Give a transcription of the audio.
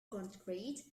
concrete